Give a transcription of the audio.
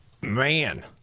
Man